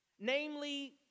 namely